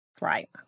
Right